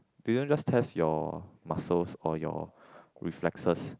they don't just test your muscles or your reflexes